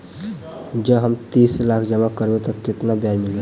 जँ हम तीस लाख जमा करबै तऽ केतना ब्याज मिलतै?